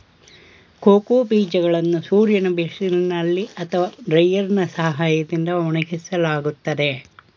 cocoa ಬೀಜಗಳನ್ನು ಸೂರ್ಯನ ಬಿಸಿಲಿನಲ್ಲಿ ಅಥವಾ ಡ್ರೈಯರ್ನಾ ಸಹಾಯದಿಂದ ಒಣಗಿಸಲಾಗುತ್ತದೆ